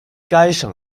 该省